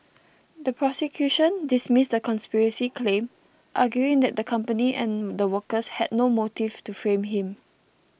the prosecution dismissed the conspiracy claim arguing that the company and the workers had no motive to frame him